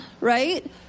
right